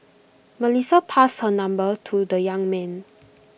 Melissa passed her number to the young man